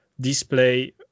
display